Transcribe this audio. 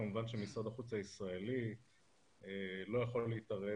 כמובן שמשרד החוץ הישראלי לא יכול להתערב